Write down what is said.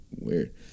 Weird